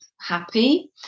happy